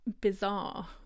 Bizarre